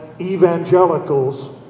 evangelicals